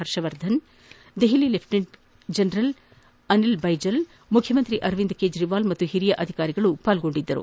Harshvardhan Delhi lieutenant general Anil Baijal ಮುಖ್ಯಮಂತ್ರಿ ಅರವಿಂದ ಕೇಜ್ರಿವಾಲ್ ಮತ್ತು ಹಿರಿಯ ಅಧಿಕಾರಿಗಳು ಪಾಲ್ಗೊಂಡಿದ್ದರು